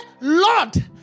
Lord